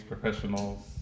professionals